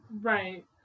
Right